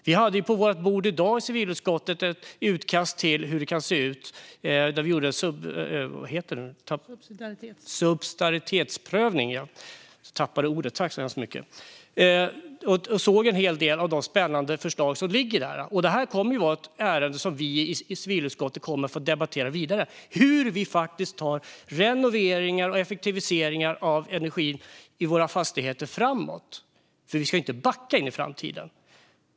Vi hade på vårt bord i dag i civilutskottet ett utkast till hur det kan se ut när vi gjorde en subsidiaritetsprövning. Vi såg en hel del av de spännande förslag som ligger där. Det är ett ärende som vi i civilutskottet kommer att få debattera vidare. Det handlar om hur vi tar renoveringar och effektiviseringar av energianvändningen i våra fastigheter framåt. Vi ska inte backa in i framtiden.